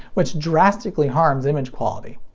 which drastically harms image quality.